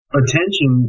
attention